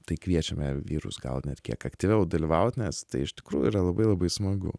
tai kviečiame vyrus gal net kiek aktyviau dalyvaut nes tai iš tikrųjų yra labai labai smagu